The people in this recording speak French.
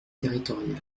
territoriales